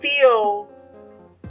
feel